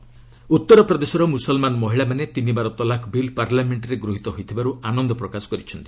UP ଟିଟି bill ଉତ୍ତର ପ୍ରଦେଶର ମୁସଲ୍ମାନ ମହିଳାମାନେ ତିନିବାର ତଲାକ୍ ବିଲ୍ ପାର୍ଲାମେଣ୍ଟ୍ରେ ଗୃହୀତ ହୋଇଥିବାରୁ ଆନନ୍ଦ ପ୍ରକାଶ କରିଛନ୍ତି